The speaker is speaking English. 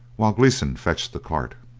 while gleeson fetched the cart.